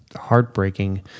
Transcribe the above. heartbreaking